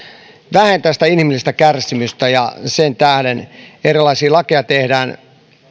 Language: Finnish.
vähentää inhimillistä kärsimystä ja sen tähden erilaisia lakeja tehdään